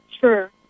Sure